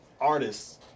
Artists